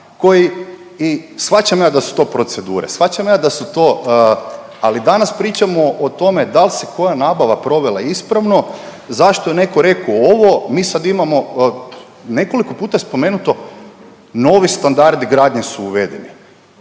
koji i shvaćam ja da su to procedure, shvaćam ja da su to, ali danas pričamo o tome dal se koja nabava provela ispravno, zašto je neko reko ovo, mi sad imamo nekoliko puta spomenuto novi standardi gradnje su uvedeni.